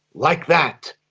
like that,